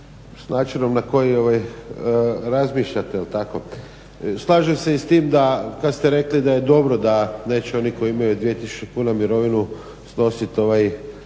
s načinom na koji razmišljate jel' tako. Slažem se i s tim da kada ste rekli da je dobro da neće oni koji imaju 2 tisuće kuna mirovinu snositi ovaj